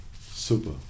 Super